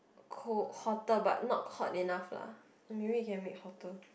cold hotter but not hot enough lah or maybe you can make hotter